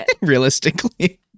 realistically